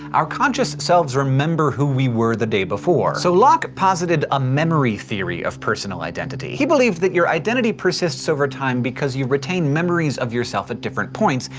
our conscious selves remember who we were the day before so locke posited a memory theory of personal identity. he believed that your identity persists over time, because you retain memories of yourself at different points,